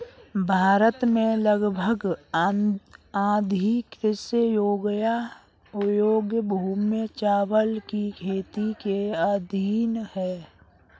भारत में लगभग आधी कृषि योग्य भूमि चावल की खेती के अधीन है